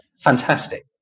Fantastic